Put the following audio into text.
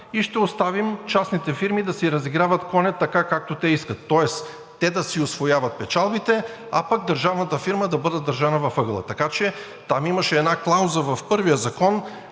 и ще оставим частните фирми да си разиграват коня така, както те искат. Тоест те да си усвояват печалбите, а пък държавната фирма да бъде държана в ъгъла. Така че там имаше една клауза в първия закон,